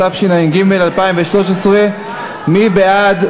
התשע"ג 2013. מי בעד?